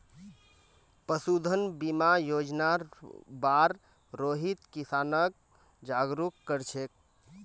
पशुधन बीमा योजनार बार रोहित किसानक जागरूक कर छेक